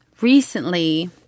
recently